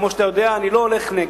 כמו שאתה יודע, אני לא הולך נגד.